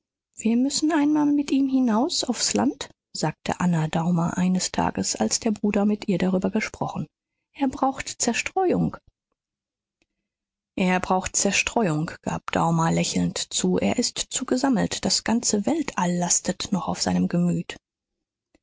wir müssen einmal mit ihm hinaus aufs land sagte anna daumer eines tages als der bruder mit ihr darüber gesprochen er braucht zerstreuung er braucht zerstreuung gab daumer lächelnd zu er ist zu gesammelt das ganze weltall lastet noch auf seinem gemüt